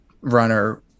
runner